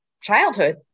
childhood